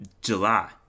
July